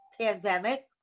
pandemic